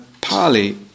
Pali